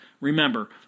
Remember